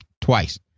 twice